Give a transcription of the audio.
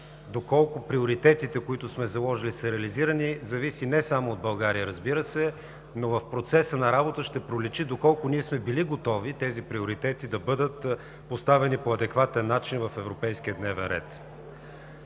доколко приоритетите, които сме заложили, са реализирани, зависи не само от България, но в процеса на работа ще проличи доколко ние сме били готови тези приоритети да бъдат поставени по адекватен начин в европейския дневен ред.